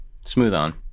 Smooth-On